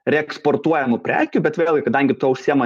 reeksportuojamų prekių bet vėlgi kadangi tuo užsiima